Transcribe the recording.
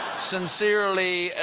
sincerely,